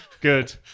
Good